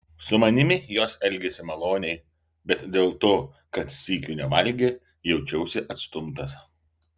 su manimi jos elgėsi maloniai bet dėl to kad sykiu nevalgė jaučiausi atstumtas